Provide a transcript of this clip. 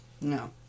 No